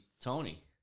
Tony